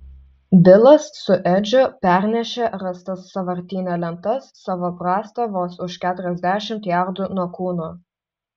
bilas su edžiu pernešė rastas sąvartyne lentas savo brasta vos už keturiasdešimt jardų nuo kūno